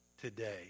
today